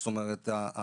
זאת אומרת,